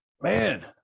man